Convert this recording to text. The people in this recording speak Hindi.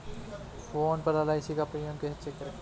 फोन पर एल.आई.सी का प्रीमियम कैसे चेक करें?